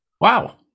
Wow